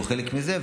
והוא חלק מזה,